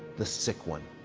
the sick one,